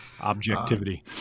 Objectivity